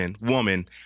woman